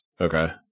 Okay